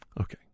Okay